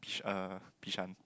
Bishan